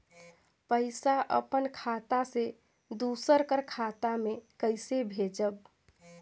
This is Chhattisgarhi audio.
पइसा अपन खाता से दूसर कर खाता म कइसे भेजब?